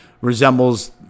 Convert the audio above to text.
resembles